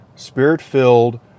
spirit-filled